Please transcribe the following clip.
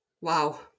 wow